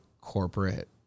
corporate